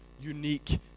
unique